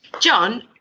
John